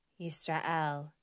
Yisrael